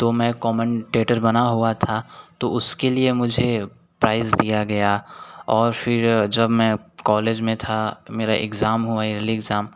तो मैं कोमेंटेटर बना हुआ था तो उसके लिए मुझे प्राइज़ दिया गया और फिर जब मैं कॉलेज में था मेरा इग्जाम हुआ ईयरली इग्जाम